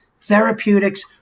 therapeutics